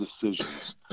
decisions